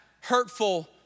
hurtful